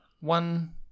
one